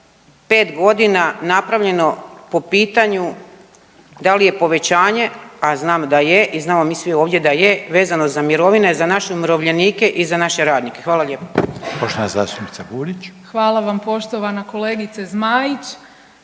5 godina napravljeno po pitanju da li je povećanje, a znamo da je i znamo mi svi ovdje da je, vezano za mirovine za naše umirovljenike i za naše radnike. Hvala lijepo. **Reiner, Željko (HDZ)** Poštovana zastupnica Burić.